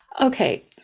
Okay